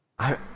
I-